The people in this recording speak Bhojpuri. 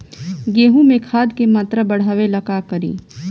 गेहूं में खाद के मात्रा बढ़ावेला का करी?